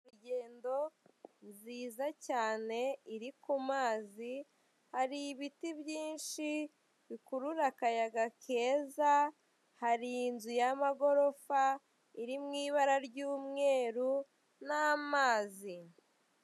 Ingendo nziza cyane iri ku mazi hari ibiti byinshi bikurura akayaga keza hari inzu y'amagorofa iri mu ibara ry'umweru, n'amazi.